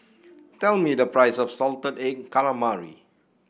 tell me the price of Salted Egg Calamari